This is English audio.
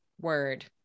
word